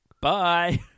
Bye